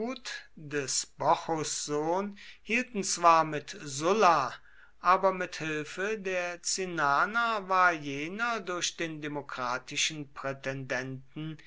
des bocchus sohn hielten zwar mit sulla aber mit hilfe der cinnaner war jener durch den demokratischen